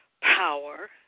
power